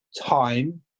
time